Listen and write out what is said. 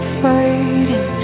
fighting